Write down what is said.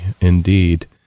indeed